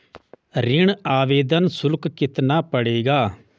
ऋण आवेदन शुल्क कितना पड़ेगा?